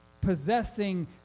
possessing